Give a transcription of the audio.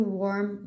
warm